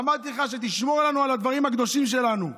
אמרתי לך שתשמור לנו על הדברים הקדושים שלנו.